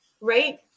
right